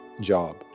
job